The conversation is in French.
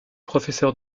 professeur